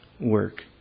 work